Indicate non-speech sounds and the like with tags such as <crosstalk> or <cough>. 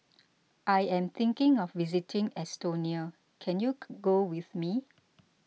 I am thinking of visiting Estonia can you <unintelligible> go with me